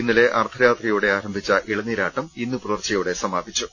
ഇന്നലെ അർദ്ധരാത്രിയോടെ ആരംഭിച്ച ഇളനീരാട്ടം ഇന്ന് പുലർച്ചെയോടെ സമാപിച്ചു